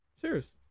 Serious